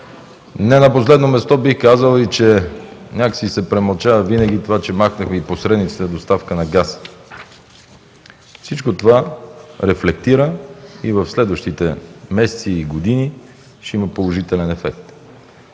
Не на последно място, бих казал, че винаги се премълчава, че махнахме посредническата доставка на газ. Всичко това рефлектира и през следващите месеци и години ще има положителен ефект.